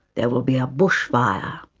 there will be a bush fire.